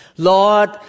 Lord